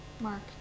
Mark